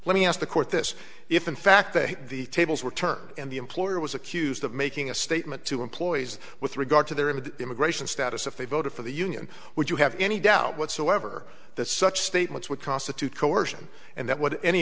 let me ask the court this if in fact they the tables were turned and the employer was accused of making a statement to employees with regard to their image immigration status if they voted for the union would you have any doubt whatsoever that such statements would constitute coercion and that w